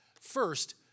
First